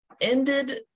ended